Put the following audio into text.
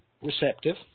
receptive